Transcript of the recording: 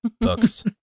Books